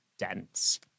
dense